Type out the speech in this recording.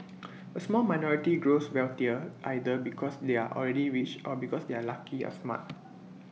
A small minority grows wealthier either because they are already rich or because they are lucky or smart